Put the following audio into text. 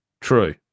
True